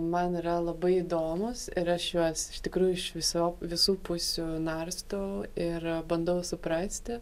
man yra labai įdomūs ir aš juos iš tikrųjų iš viso visų pusių narstau ir bandau suprasti